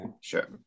sure